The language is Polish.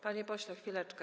Panie pośle, chwileczkę.